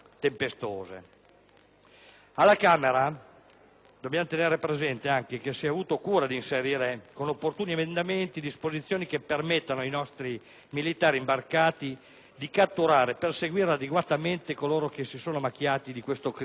Alla Camera dobbiamo tener presente anche che con opportuni emendamenti si ha avuto cura di inserire disposizioni che permettano ai nostri militari imbarcati di catturare e perseguire adeguatamente coloro che si sono macchiati di questo crimine di pirateria.